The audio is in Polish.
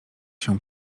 się